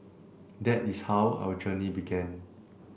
that is how our journey began